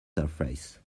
surface